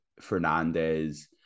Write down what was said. Fernandez